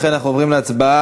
לכן אנחנו עוברים להצבעה